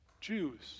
Jews